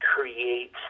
create